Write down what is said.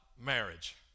marriage